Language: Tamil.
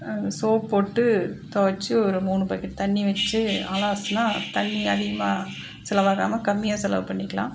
சோப் போட்டு தொவைச்சி ஒரு மூணு பக்கெட் தண்ணி வெச்சு அலசுனா தண்ணி அதிகமாக செலவாகாமல் கம்மியாக செலவு பண்ணிக்கலாம்